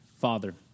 Father